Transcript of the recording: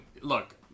Look